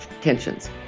tensions